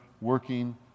working